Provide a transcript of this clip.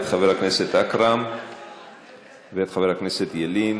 את חבר הכנסת אכרם ואת חבר הכנסת ילין.